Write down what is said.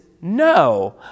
no